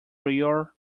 real